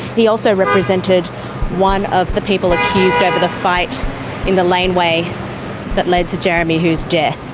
he also represented one of the people accused over the fight in the laneway that led to jeremy hu's death.